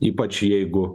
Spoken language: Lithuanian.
ypač jeigu